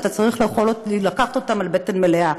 אתה צריך לקחת אותן על בטן מלאה,